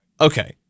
Okay